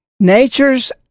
Nature's